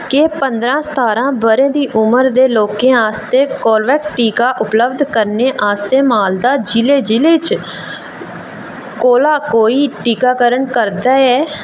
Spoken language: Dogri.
केह् पदरां सतारां ब'रें दी उमर दे लोकें आस्तै कोल्वेक्स टीका उपलब्ध करने आस्तै मालदा जि'ले जि'ले च कोला कोई टीकाकरण करदा ऐ